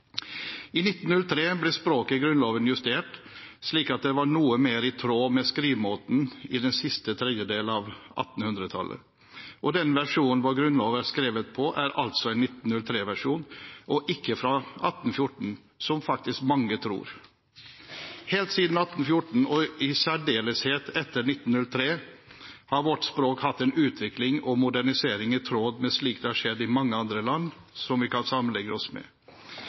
I 1903 ble språket i Grunnloven justert, slik at det var noe mer i tråd med skrivemåten i den siste tredjedel av 1800-tallet. Den versjonen vår grunnlov er skrevet på, er altså en 1903-versjon. Den er ikke fra 1814, som mange faktisk tror. Helt siden 1814, og i særdeleshet etter 1903, har vårt språk hatt en utvikling og modernisering i tråd med slik det har skjedd i mange andre land som vi kan sammenligne oss med.